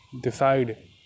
decide